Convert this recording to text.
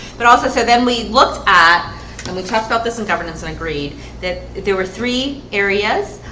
but also so then we looked at and we talked about this and governance and agreed that there were three areas